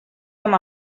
amb